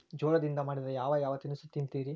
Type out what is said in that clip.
ಜೋಳದಿಂದ ಮಾಡಿದ ಯಾವ್ ಯಾವ್ ತಿನಸು ತಿಂತಿರಿ?